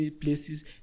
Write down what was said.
places